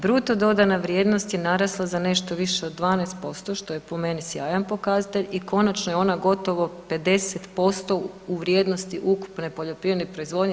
Bruto dodana vrijednost je narasla za nešto više od 12% što je po meni sjajan pokazatelj i konačno je ona gotovo 50% u vrijednosti ukupne poljoprivredne proizvodnje.